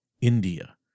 India